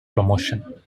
promotion